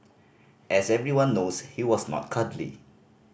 as everyone knows he was not cuddly